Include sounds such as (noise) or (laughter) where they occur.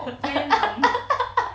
(laughs)